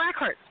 Blackheart